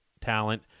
talent